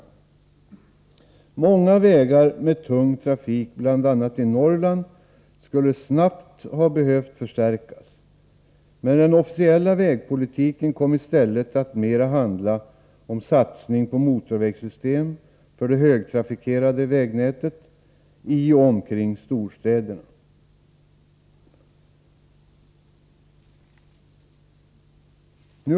Många vägar med tung trafik bl.a. i Norrland skulle snabbt ha behövt förstärkas, men den officiella vägpolitiken kom i stället att mera handla om satsning på motorvägssystem för det högtrafikerade vägnätet i och omkring storstäderna.